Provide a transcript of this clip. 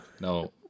No